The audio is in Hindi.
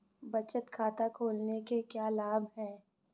बचत खाता खोलने के क्या लाभ हैं?